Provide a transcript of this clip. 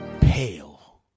pale